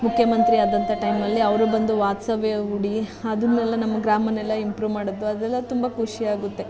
ಮುಖ್ಯಮಂತ್ರಿ ಆದಂಥ ಟೈಮಲ್ಲಿ ಅವರು ಬಂದು ವಾಸ್ತವ್ಯ ಹೂಡಿ ಅದನ್ನೆಲ್ಲ ನಮ್ಮ ಗ್ರಾಮನ್ನೆಲ್ಲ ಇಂಪ್ರೂವ್ ಮಾಡೋದು ಅದೆಲ್ಲ ತುಂಬ ಖುಷಿ ಆಗುತ್ತೆ